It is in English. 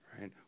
right